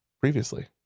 previously